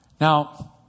Now